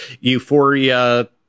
Euphoria